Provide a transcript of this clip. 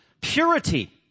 purity